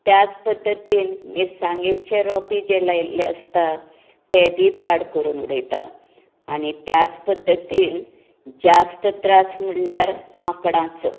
त्याच पध्दतीन मिरसांगेचे रोपे जे लायिल्ले आसता तें बी पाड करून उडयता आनी त्याच पध्दतीन जास्त त्रास म्हणल्यार माकडांचो